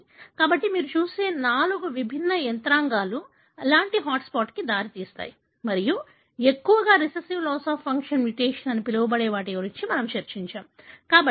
కాబట్టి మీరు చూసే నాలుగు విభిన్న యంత్రాంగాలు అలాంటి హాట్ స్పాట్లకు దారితీస్తాయి మరియు ఎక్కువగా recessive loss of function mutation అని పిలవబడే వాటి గురించి మనము చర్చించాము